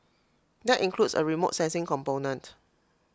that includes A remote sensing component